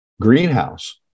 greenhouse